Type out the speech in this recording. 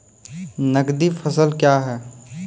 नगदी फसल क्या हैं?